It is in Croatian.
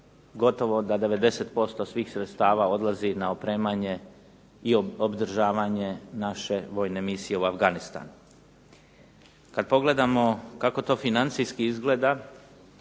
gotovo da 90% svih sredstava odlazi na opremanje i na održavanje naše vojne misije u Afganistanu. Kada pogledamo kako to financijski izgleda,